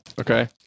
Okay